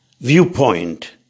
viewpoint